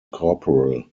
corporal